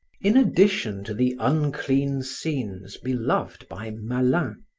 in addition to the unclean scenes beloved by malin,